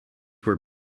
were